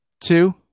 two